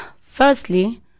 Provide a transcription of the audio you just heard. firstly